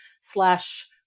slash